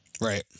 Right